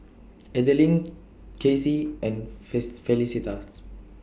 Adaline Kasey and Felicitas